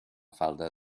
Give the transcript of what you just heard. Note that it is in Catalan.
falda